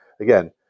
Again